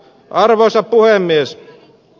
arvoisa puhemies